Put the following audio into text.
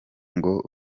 ngo